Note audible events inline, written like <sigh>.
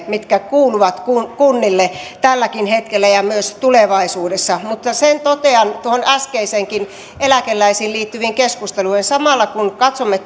<unintelligible> mitkä kuuluvat kunnille tälläkin hetkellä ja myös tulevaisuudessa mutta sen totean tuohon äskeiseenkin eläkeläisiin liittyvään keskusteluun että samalla kun katsomme <unintelligible>